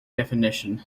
definition